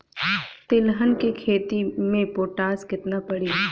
तिलहन के खेती मे पोटास कितना पड़ी?